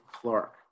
Clark